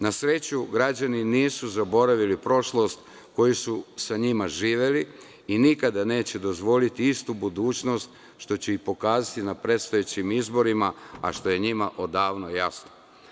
Na sreću, građani nisu zaboravili prošlost koji su sa njima živeli i nikada neće dozvoliti istu budućnost, što će i pokazati na predstojećim izborima, a što je njima odavno jasno.